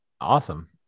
Awesome